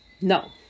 No